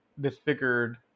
disfigured